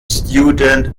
student